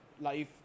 life